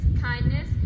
kindness